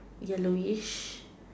yellowish